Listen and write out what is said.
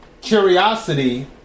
curiosity